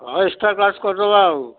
ହଉ extra class କରିଦେବା ଆଉ